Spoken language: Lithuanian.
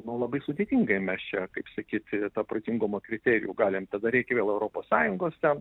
nu labai sudėtingai mes čia kaip sakyt tą protingumo kriterijų galim tada reikia vėl europos sąjungos ten